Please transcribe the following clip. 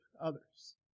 others